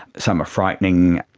some are frightening,